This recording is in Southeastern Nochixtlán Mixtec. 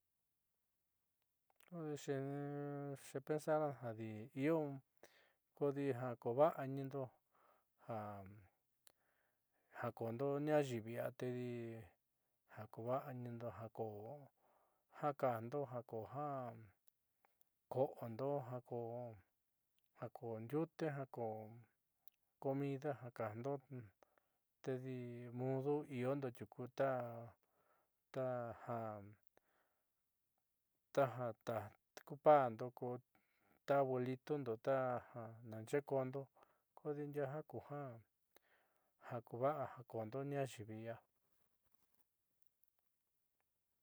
Kodi xe pensar jadi io kodi ja koova'anindo ja koondo ñaayiivi ia tedi ja koova'anindo ja koo ju kajndo ja ko ja ko'ondo jako jako ndiute jako comida ja kajndo tedi mudo iondo tiuku ta taja taja tajkupa'ando kota abuelitondo taja naaxe'e koondo kodi ndiaá ja kuja kuva'a jo ko'ondo ñaayiivi i'ia.